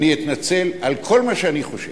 אני אתנצל על כל מה שאני חושב.